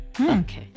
okay